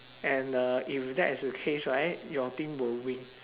and uh if that is the case right your team will win